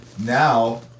Now